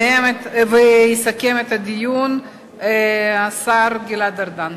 ויסכם את הדיון השר גלעד ארדן.